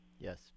yes